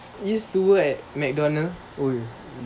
these two at McDonald's